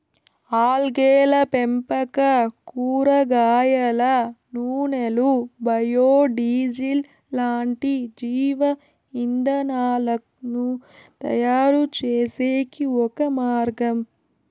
ఆల్గేల పెంపకం కూరగాయల నూనెలు, బయో డీజిల్ లాంటి జీవ ఇంధనాలను తయారుచేసేకి ఒక మార్గం